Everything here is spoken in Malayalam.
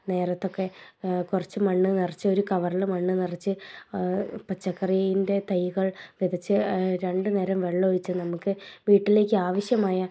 നേരത്തൊക്കെ കുറച്ച് മണ്ണ് നിറച്ച് ഒരു കവറിൽ മണ്ണ് നിറച്ച് പച്ചക്കറീൻ്റെ തൈകൾ വിതച്ച് രണ്ട് നേരം വെള്ളം ഒഴിച്ച് നമുക്ക് വീട്ടിലേക്ക് ആവശ്യമായ